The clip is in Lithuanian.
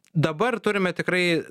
dabar turime tikrai